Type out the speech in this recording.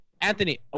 Anthony